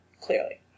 clearly